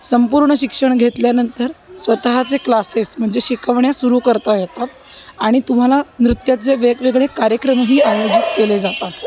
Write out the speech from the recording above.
संपूर्ण शिक्षण घेतल्यानंतर स्वतःचे क्लासेस म्हणजे शिकवण्या सुरू करता येतात आणि तुम्हाला नृत्याचे वेगवेगळे कार्यक्रमही आयोजित केले जातात